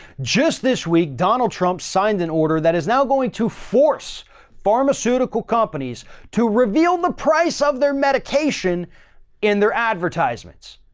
just this week, donald trump signed an order that is now going to force pharmaceutical companies to reveal the price of their medication in their advertisements.